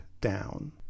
down